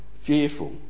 fearful